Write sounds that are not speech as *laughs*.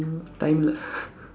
time இல்ல:illa *laughs*